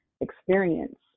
experience